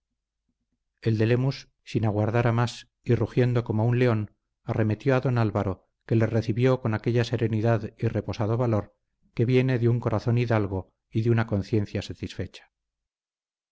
el de lemus sin aguardar a más y rugiendo como un león arremetió a don álvaro que le recibió con aquella serenidad y reposado valor que viene de un corazón hidalgo y de una conciencia satisfecha